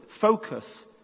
focus